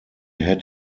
had